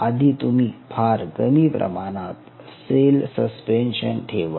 आधी तुम्ही फार कमी प्रमाणात सेल् सस्पेन्शन ठेवा